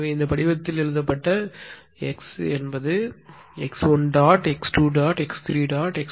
எனவே இது இந்த படிவத்தில் எழுதப்பட்ட X equal x1 x2 x3 x4